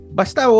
basta